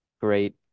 great